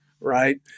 right